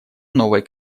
новой